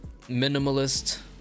minimalist